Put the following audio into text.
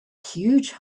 huge